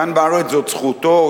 כאן בארץ זאת זכותו,